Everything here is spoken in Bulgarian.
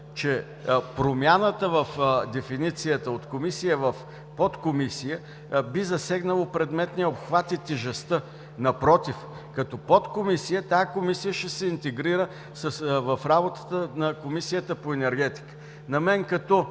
че промяната в дефиницията – от комисия в подкомисия, би засегнало предметния обхват и тежестта. Напротив, като подкомисия тази комисия ще се интегрира в работата на Комисията по енергетика.